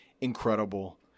incredible